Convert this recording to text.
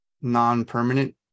non-permanent